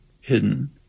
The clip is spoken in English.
hidden